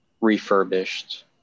refurbished